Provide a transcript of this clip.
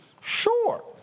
sure